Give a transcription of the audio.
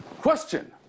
question